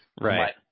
Right